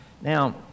Now